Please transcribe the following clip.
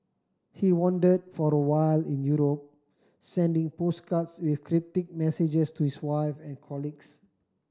he wandered for a while in Europe sending postcards with cryptic messages to his wife and colleagues